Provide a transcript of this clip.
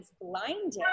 blinded